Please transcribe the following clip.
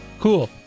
cool